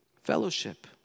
Fellowship